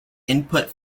input